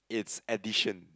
it's addition